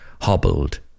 hobbled